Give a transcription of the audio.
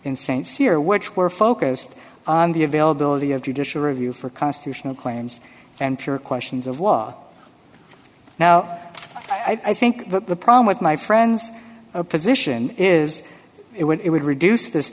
in st cyr which were focused on the availability of judicial review for constitutional claims and pure questions of law now i think the problem with my friend's position is it would reduce this